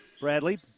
Bradley